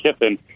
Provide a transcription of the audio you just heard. Kiffin